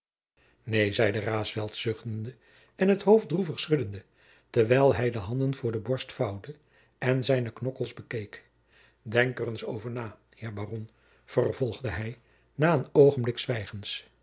neen zeide raesfelt zuchtende en het hoofd droevig schuddende terwijl hij de handen voor de borst vouwde en zijne knokkels bekeek denk er eens over na heer baron vervolgde jacob van lennep de pleegzoon hij na een oogenblik zwijgens